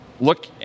look